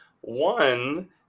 One